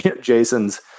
Jason's